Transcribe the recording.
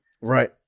Right